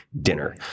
dinner